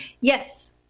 Yes